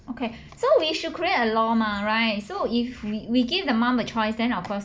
okay so we should create a law mah right so if we we give the mom a choice then of course